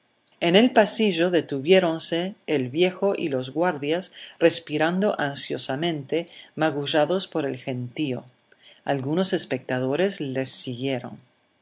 en el pasillo detuviéronse el viejo y los guardias respirando ansiosamente magullados por el gentío algunos espectadores les siguieron